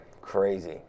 Crazy